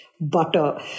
butter